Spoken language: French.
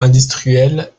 industrielle